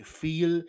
feel